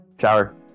shower